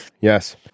Yes